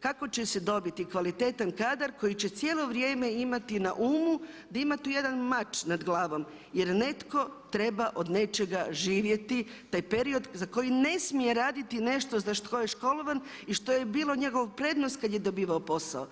kako će dobiti kvalitetan kadar koji će cijelo vrijeme imati na umu da ima tu jedan mač nad glavom jer netko treba od nečega živjeti taj period za koji ne smije raditi nešto za što je školovan i što je bila njegova prednost kad je dobivao posao.